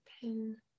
pin